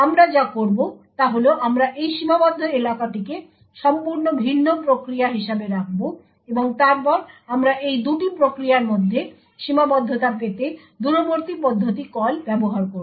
আমরা যা করব তা হল আমরা এই সীমাবদ্ধ এলাকাটিকে সম্পূর্ণ ভিন্ন প্রক্রিয়া হিসাবে রাখব এবং তারপরে আমরা এই দুটি প্রক্রিয়ার মধ্যে সীমাবদ্ধতা পেতে দূরবর্তী পদ্ধতি কল ব্যবহার করব